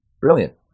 brilliant